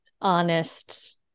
honest